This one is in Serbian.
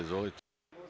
Izvolite.